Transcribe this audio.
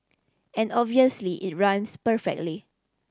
and obviously it rhymes perfectly